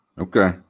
okay